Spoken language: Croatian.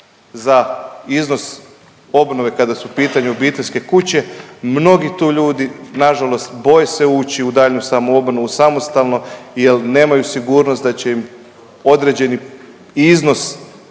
za iznos obnove kada su u pitanju obiteljske kuće, mnogi tu ljudi nažalost boje se ući u daljnju samoobnovu samostalno jel nemaju sigurnost da će im određeni iznos koji